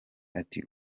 ati